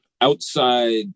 outside